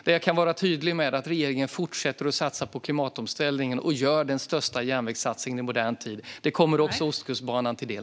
Vad jag kan vara tydlig med är att regeringen fortsätter att satsa på klimatomställningen och gör den största järnvägssatsningen i modern tid. Det kommer också Ostkustbanan till del.